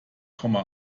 komma